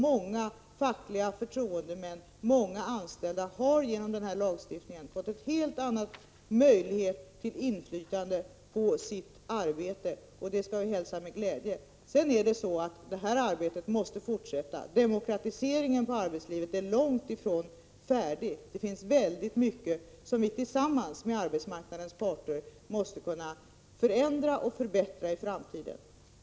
Många fackliga förtroendemän och många anställda har genom denna lagstiftning fått en helt annan möjlighet till inflytande på sitt arbete. Det skall vi hälsa med glädje. Det här arbetet måste fortsätta. Demokratiseringen i arbetslivet är långt ifrån färdig. Det finns mycket som vi tillsammans med arbetsmarknadens parter måste kunna förändra och förbättra i framtiden.